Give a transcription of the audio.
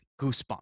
goosebumps